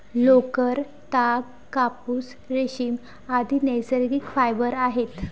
लोकर, ताग, कापूस, रेशीम, आदि नैसर्गिक फायबर आहेत